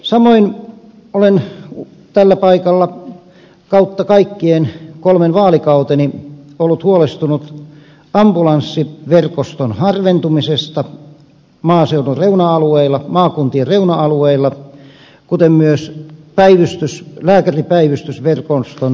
samoin olen tällä paikalla kautta kaikkien kolmen vaalikauteni ollut huolestunut ambulanssiverkoston harventumisesta maakuntien reuna alueilla kuten myös lääkäripäivystysverkoston keskittymisestä